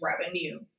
revenue